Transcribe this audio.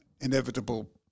inevitable